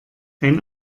ein